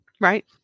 Right